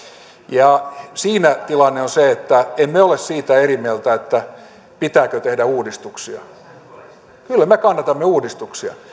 ja siinä tilanne on se että emme ole siitä eri mieltä pitääkö tehdä uudistuksia kyllä me kannatamme uudistuksia